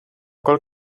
qual